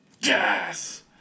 Yes